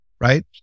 right